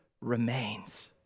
remains